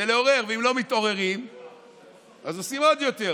זה לעורר, ואם לא מתעוררים אז עושים עוד יותר.